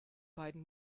beiden